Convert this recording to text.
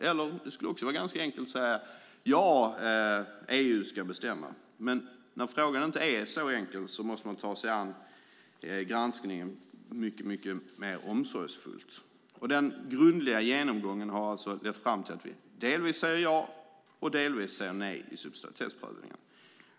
Eller så skulle det vara enkelt att säga: Ja, EU ska bestämma. Men när nu frågan inte är så enkel måste man ta sig an granskningen mycket mer omsorgsfullt. Den grundliga genomgången har alltså lett fram till att vi delvis säger ja och delvis säger nej i subsidiaritetsprövningen.